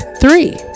three